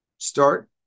start